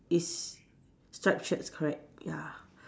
is striped shirts correct ya